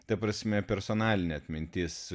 ta prasme personalinė atmintis